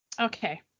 Okay